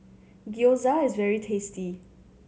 gyoza is very tasty